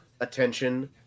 attention